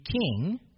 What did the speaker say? king